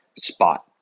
spot